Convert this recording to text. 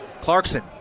Clarkson